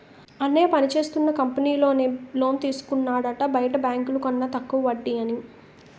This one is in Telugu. అన్నయ్య పనిచేస్తున్న కంపెనీలో నే లోన్ తీసుకున్నాడట బయట బాంకుల కన్న తక్కువ వడ్డీ అని